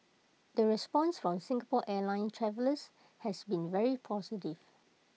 the response from Singapore airlines travellers has been very positive